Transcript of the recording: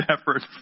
efforts